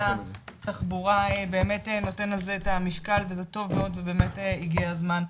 התחבורה נותן לזה משקל וזה טוב מאוד ובאמת הגיע הזמן,